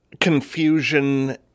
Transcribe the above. confusion